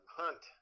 hunt